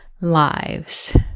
lives